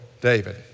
David